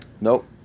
Nope